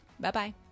bye-bye